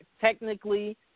technically